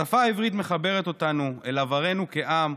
השפה העברית מחברת אותנו אל עברנו כעם,